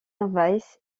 weiss